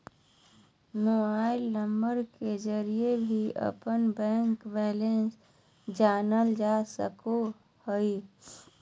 mobile number के जरिए भी अपना बैंक बैलेंस जानल जा सको हइ